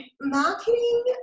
marketing